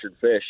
fish